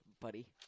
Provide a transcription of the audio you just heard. buddy